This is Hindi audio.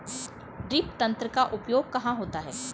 ड्रिप तंत्र का उपयोग कहाँ होता है?